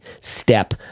step